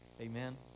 Amen